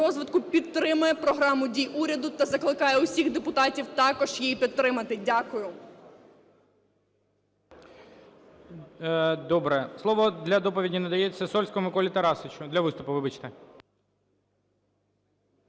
Добре. Слово для доповіді надається Сольському Миколі Тарасовичу… Для виступу, вибачте.